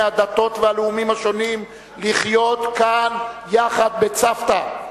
הדתות והלאומים השונים לחיות כאן יחד בצוותא.